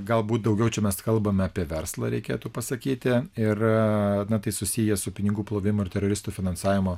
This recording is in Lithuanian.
galbūt daugiau čia mes kalbame apie verslą reikėtų pasakyti ir tai susiję su pinigų plovimu ir teroristų finansavimo